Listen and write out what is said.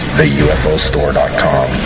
theufostore.com